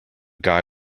guy